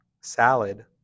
Salad